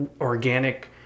organic